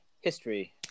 history